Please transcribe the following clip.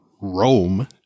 Rome